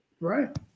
Right